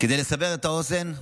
כדי לסבר את האוזן,